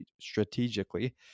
strategically